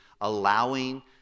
allowing